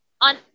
On